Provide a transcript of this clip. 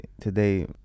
today